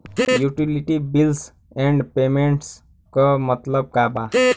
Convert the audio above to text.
Utility bills and payments क मतलब का बा?